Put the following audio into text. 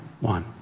one